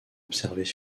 observées